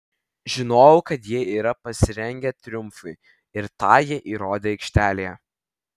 žinojau kad jie yra pasirengę triumfui ir tą jie įrodė aikštelėje